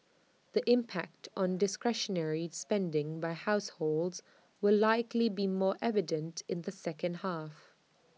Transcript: the impact on discretionary spending by households will likely be more evident in the second half